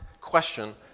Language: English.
question